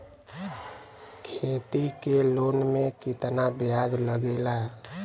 खेती के लोन में कितना ब्याज लगेला?